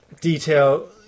detail